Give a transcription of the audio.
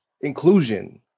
inclusion